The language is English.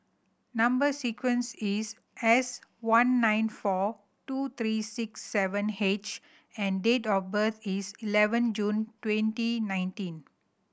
number sequence is S one nine four two three six seven H and date of birth is eleven June twenty nineteen